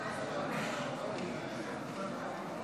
אנו עוברים להצבעה על ההצעה של סיעות ישראל